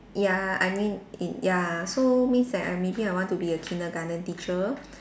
ya I mean y~ ya so means that I maybe I want to be a Kindergarten teacher